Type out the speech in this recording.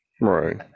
right